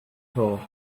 talk